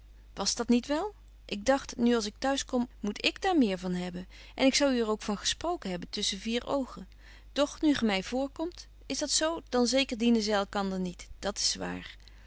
was dat niet wel ik dagt nu als ik t'huis kom moet k daar meer van hebben en ik zou er u ook van gesproken hebben tusschen vier oogen doch nu gy my voorkomt is dat zo dan zeker dienen zy elkander niet dat s waar